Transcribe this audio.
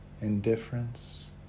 indifference